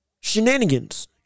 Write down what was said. shenanigans